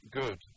good